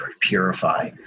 purify